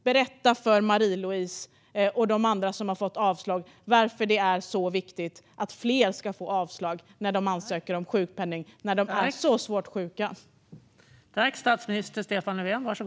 Berätta för Marie-Louise och andra varför det är så viktigt att fler svårt sjuka ska få avslag när de ansöker om sjukpenning.